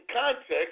context